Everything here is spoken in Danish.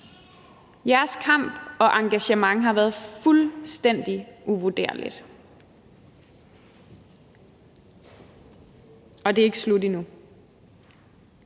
Jeres kamp og engagement har været fuldstændig uvurderligt. Og det er ikke slut endnu.